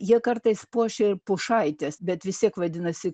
jie kartais puošia ir pušaites bet vis tiek vadinasi